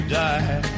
die